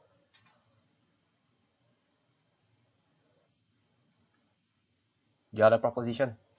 you are the proposition